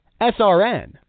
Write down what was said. SRN